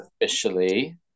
officially